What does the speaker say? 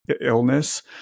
illness